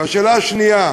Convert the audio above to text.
והשאלה השנייה,